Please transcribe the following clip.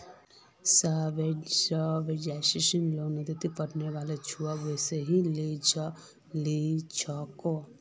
subsidised लोनोत पढ़ने वाला छुआ बेसी लिछेक